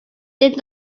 did